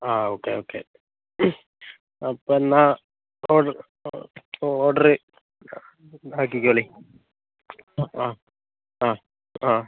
ആ okay okay അപ്പംന്ന ഓ ഓ ഓർഡറ് ആക്കിക്കോളി ആ ആ